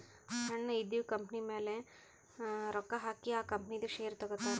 ಸಣ್ಣು ಇದ್ದಿವ್ ಕಂಪನಿಮ್ಯಾಲ ರೊಕ್ಕಾ ಹಾಕಿ ಆ ಕಂಪನಿದು ಶೇರ್ ತಗೋತಾರ್